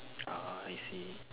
ah I see